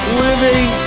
living